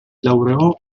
laureò